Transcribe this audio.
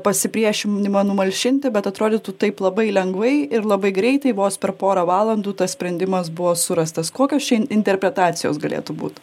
pasipriešinimą numalšinti bet atrodytų taip labai lengvai ir labai greitai vos per porą valandų tas sprendimas buvo surastas kokios čia interpretacijos galėtų būt